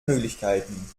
möglichkeiten